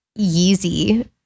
Yeezy